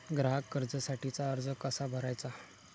ग्राहक कर्जासाठीचा अर्ज कसा भरायचा?